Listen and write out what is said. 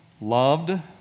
loved